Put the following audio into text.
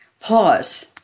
pause